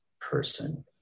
person